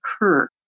occur